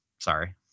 sorry